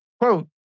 quote